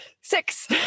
six